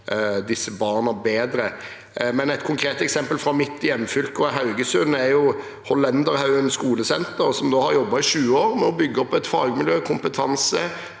disse barna. Et konkret eksempel fra mitt hjemfylke og Haugesund er Hollenderhaugen skolesenter, som i 20 år har jobbet med å bygge opp fagmiljø og kompetanse